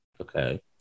Okay